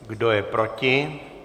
Kdo je proti?